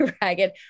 ragged